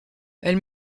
elle